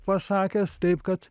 pasakęs taip kad